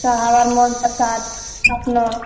चढ़ाबा मोन प्रसाद एतना